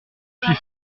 suis